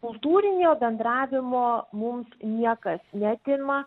kultūrinio bendravimo mums niekas neatima